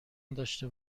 داشته